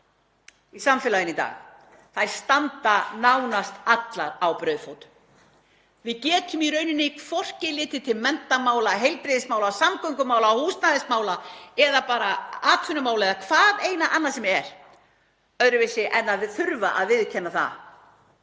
í samfélaginu í dag, þær standa nánast allar á brauðfótum. Við getum í rauninni hvorki litið til menntamála, heilbrigðismála, samgöngumála, húsnæðismála eða bara atvinnumála eða hvað eina annað sem er öðruvísi en að þurfa að viðurkenna að